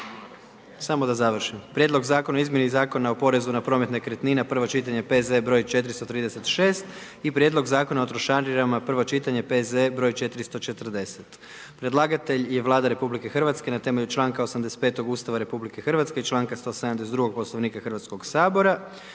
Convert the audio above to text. br. 432 - Prijedlog Zakona o izmjeni Zakona o porezu na promet nekretnina, prvo čitanje, P.Z. br. 436 - Prijedlog Zakona o trošarinama, prvo čitanje, P.Z.E.br. 440 Predlagatelj je Vlada Republike Hrvatske na temelju čl. 85. Ustava RH i čl. 172. Poslovnika Hrvatskog sabora.